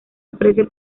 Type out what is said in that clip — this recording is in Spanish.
ofrece